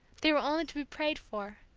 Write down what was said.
they were only to be prayed for,